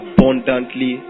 Abundantly